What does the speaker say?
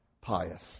pious